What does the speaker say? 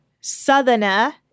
southerner